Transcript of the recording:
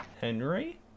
Henry